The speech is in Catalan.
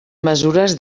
mesures